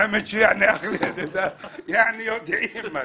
יעני, יודעים.